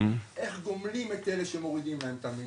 איך גומלים את אלה שמורידים להם את המינון?